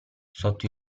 sotto